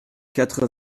quatre